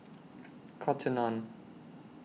Cotton on